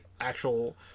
actual